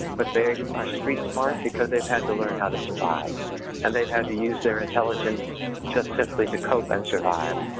but they are street smart because they've had to learn how to survive and they've had to use their intelligence just simply to cope and survive.